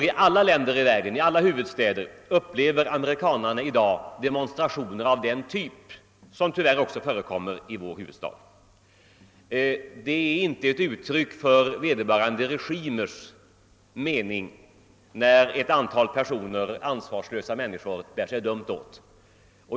I alla länder i världen, i alla huvudstäder, upplever amerikanerna i dag demonstrationer av den typ som tyvärr också förekommer i vår huvudstad. Det är inte ett uttryck för vederbörande regimers mening, när ett antal ansvarslösa människor bär sig dumt åt.